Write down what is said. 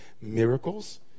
miracles